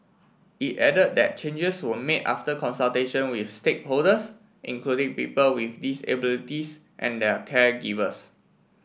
it added that changes were made after consultation with stakeholders including people with disabilities and their caregivers